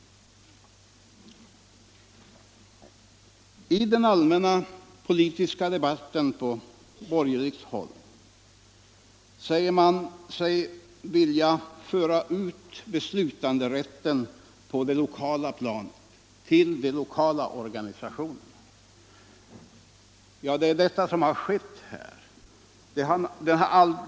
I den allmänna politiska debatten säger man sig på borgerligt håll vilja föra ut beslutanderätten på det lokala planet, till de lokala organisationerna. Det är detta som har skett här.